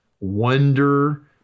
Wonder